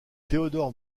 théodore